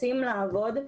רוצים לעבוד,